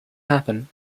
happen